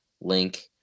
link